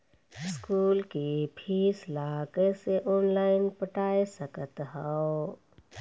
School के fees ला कैसे ऑनलाइन पटाए सकत हव?